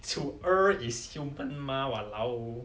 is human mah !walao!